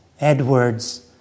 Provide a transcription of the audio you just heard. Edwards